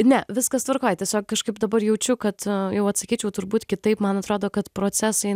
ne viskas tvarkoj tiesiog kažkaip dabar jaučiu kad jau atsakyčiau turbūt kitaip man atrodo kad procesai